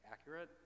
accurate